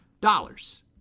dollars